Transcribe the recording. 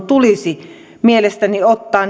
tulisi mielestäni ottaa